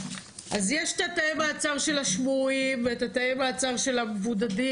יש את תאי המעצר של השמורים ואת תאי המעצר של המבודדים,